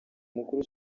mukuru